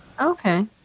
Okay